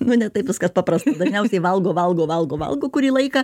nu ne taip viskas paprasta dažniausiai valgo valgo valgo valgo kurį laiką